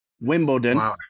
Wimbledon